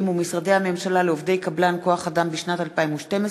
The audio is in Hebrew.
ומשרדי הממשלה לעובדי קבלן כוח-אדם בשנת 2012,